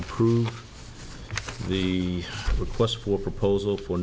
approve the request for proposal for